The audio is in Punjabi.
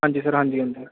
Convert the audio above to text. ਹਾਂਜੀ ਸਰ ਹਾਂਜੀ ਹਾਂਜੀ